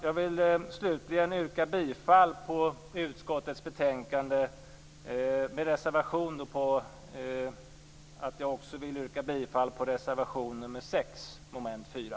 Jag yrkar slutligen bifall till utskottets hemställan i betänkandet med reservation för att jag också yrkar bifall till reservation nr 6 under mom. 4.